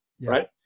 right